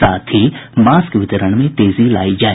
साथ ही मास्क वितरण में तेजी लायी जाए